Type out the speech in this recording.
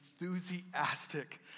enthusiastic